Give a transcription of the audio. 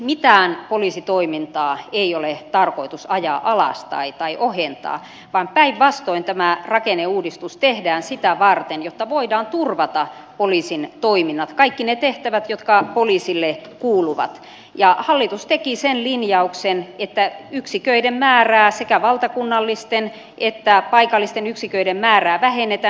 mitään poliisitoimintaa ei ole tarkoitus ajaa alas tai ohentaa vaan päinvastoin tämä rakenneuudistus tehdään sitä varten että voidaan turvata poliisin toiminnat kaikki ne tehtävät jotka poliisille kuuluvat ja hallitus teki sen linjauksen että yksiköiden määrää sekä valtakunnallisten että paikallisten yksiköiden määrää vähennetään